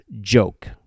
joke